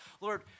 Lord